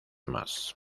más